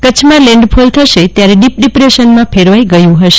કચ્છમાં લેન્ડફોલ થશે ત્યારે ડીપ ડીપ્રેશનમાં ફેરવાઈ ગયું ફશે